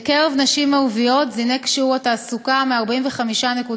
בקרב נשים ערביות זינק שיעור התעסוקה מ-45.6%,